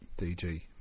DG